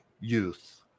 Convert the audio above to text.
youth